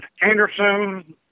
Anderson